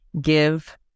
give